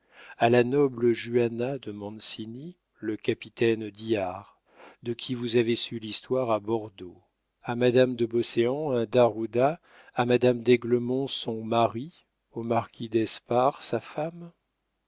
à la noble juana de mancini le capitaine diard de qui vous avez su l'histoire à bordeaux à madame de beauséant un d'ajuda à madame d'aiglemont son mari au marquis d'espard sa femme